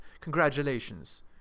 Congratulations